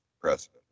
precedent